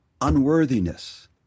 unworthiness